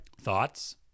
Thoughts